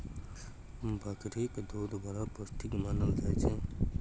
बकरीक दुध बड़ पौष्टिक मानल जाइ छै